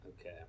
okay